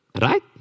Right